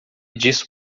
disso